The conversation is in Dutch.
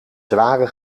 zware